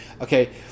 okay